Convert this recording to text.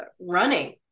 running